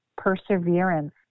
Perseverance